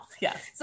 Yes